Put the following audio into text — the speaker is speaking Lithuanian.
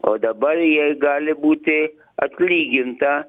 o dabar jai gali būti atlyginta